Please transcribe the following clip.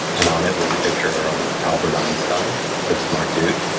and on it was a picture of albert einstein, pretty smart dude,